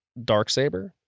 Darksaber